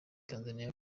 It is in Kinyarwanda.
tanzania